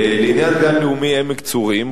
לעניין גן לאומי עמק-צורים,